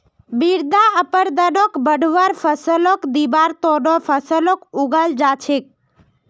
मृदा अपरदनक बढ़वार फ़सलक दिबार त न फसलक उगाल जा छेक